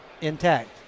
intact